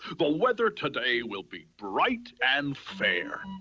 but weather today will be bright and fair.